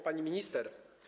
Pani Minister!